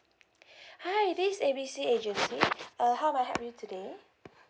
hi this is A B C agency uh how may I help you today